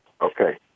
Okay